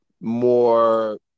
more